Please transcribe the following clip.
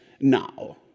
Now